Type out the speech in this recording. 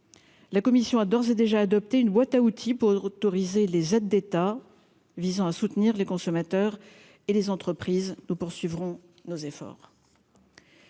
la commission a d'ores et déjà adopté une boîte à outils pour autoriser les aides d'État visant à soutenir les consommateurs et les entreprises, nous poursuivrons nos efforts.